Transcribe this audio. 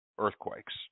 earthquakes